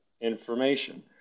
information